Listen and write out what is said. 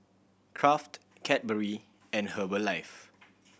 Kraft Cadbury and Herbalife